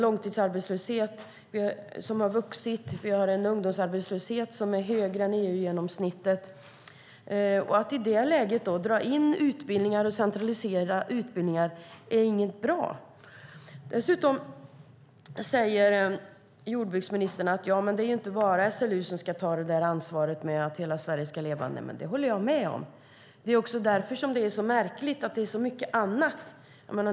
Långtidsarbetslösheten har vuxit och ungdomsarbetslösheten är högre än EU-genomsnittet. Att i det läget dra in och centralisera utbildningar är inte bra. Dessutom säger landsbygdsministern att det inte bara är SLU som ska ta ansvar för att hela Sverige ska leva. Det håller jag med om. Därför är det märkligt att det händer så mycket annat.